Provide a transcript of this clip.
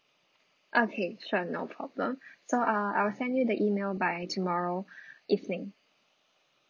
okay sure no problem so uh I will send you the email by tomorrow evening